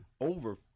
over